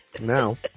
now